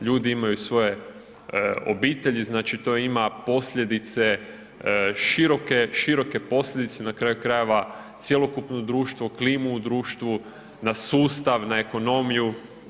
Ljudi imaju svoje obitelji, znači to ima posljedice široke posljedice, na kraju krajeva cjelokupno društvo, klimu u društvu, na sustav, na ekonomiju.